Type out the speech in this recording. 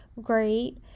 great